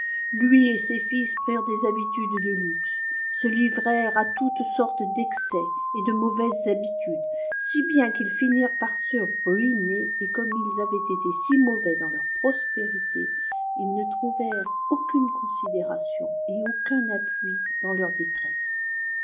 lui et ses fils prirent des habitudes de luxe se livrèrent à toutes sortes d'excès et de mauvaises habitudes si bien qu'ils finirent par se ruiner et comme ils avaient été si mauvais dans leur prospérité ils ne trouvèrent aucune considération et aucun appui dans leur détresse